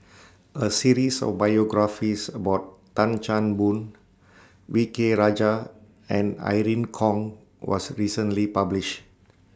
A series of biographies about Tan Chan Boon V K Rajah and Irene Khong was recently published